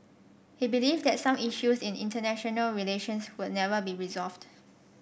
he believed that some issues in international relations would never be resolved